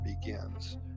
begins